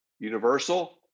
Universal